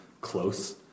close